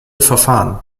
verfahren